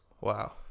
Wow